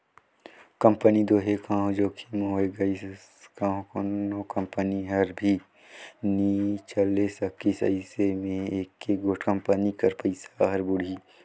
company दो हे कहों जोखिम होए गइस कहों कोनो कंपनी हर नी चले सकिस अइसे में एके गोट कंपनी कर पइसा हर बुड़ही